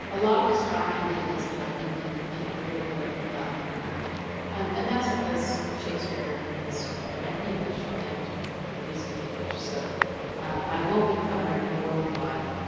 a lot of this talk i'm giving is about england and a little bit ah about america um and that's because shakespeare was written in english and we speak english so i won't be covering ah worldwide